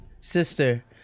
sister